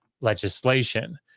legislation